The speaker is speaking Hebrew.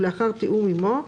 לאחר תיאום עימו,